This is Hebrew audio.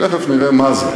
תכף נראה מה זה.